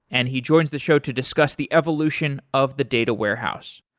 and he joins the show to discuss the evolution of the data warehouse.